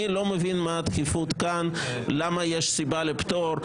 אני לא מבין מה הדחיפות כאן ולמה יש סיבה לפטור.